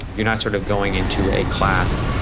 you're not sort of going into a class.